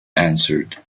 answered